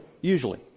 Usually